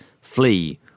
flee